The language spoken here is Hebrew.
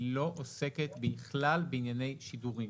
היא לא עוסקת בכלל בענייני שידורים.